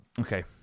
Okay